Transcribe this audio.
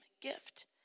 gift